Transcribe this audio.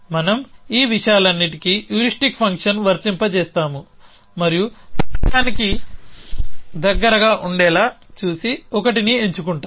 మనం ఈ విషయాలన్నింటికీ హ్యూరిస్టిక్ ఫంక్షన్ని వర్తింపజేస్తాము మరియు లక్ష్యానికి దగ్గరగా ఉండేలా చూసే ఒకటిని ఎంచుకుంటాము